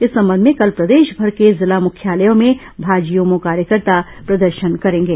इस संबंध में कल प्रदेशभर के जिला मुख्यालयों में भाजयूमों कार्यकर्ता प्रदर्शन करेंगे